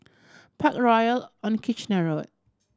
Parkroyal on Kitchener Road